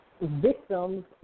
victims